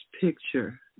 picture